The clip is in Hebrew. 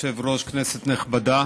כבוד היושב-ראש, כנסת נכבדה,